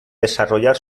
desarrollar